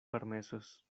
permesos